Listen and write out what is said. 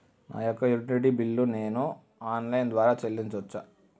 నా యొక్క utility bill ను నేను ఆన్ లైన్ ద్వారా చెల్లించొచ్చా?